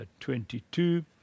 22